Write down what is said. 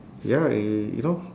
ya y~ you know